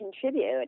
contribute